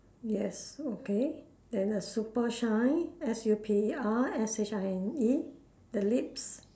yes okay then a super shine S U P E R S H I N E the lips